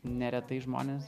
neretai žmonės